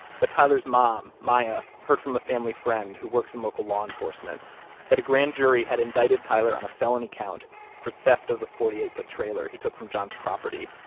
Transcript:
but tyler's mom, maya, heard from a family friend who works in local law enforcement that a grand jury had indicted tyler on a felony count for theft of the forty eight foot trailer he took from john's property,